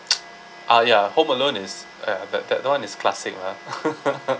ah ya home alone is ya that that [one] is classic lah